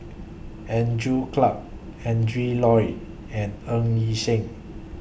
Andrew Clarke Adrin Loi and Ng Yi Sheng